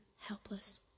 helpless